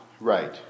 right